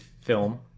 film